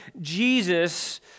Jesus